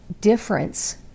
difference